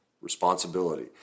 responsibility